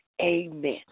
Amen